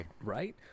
Right